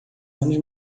anos